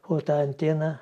o ta antena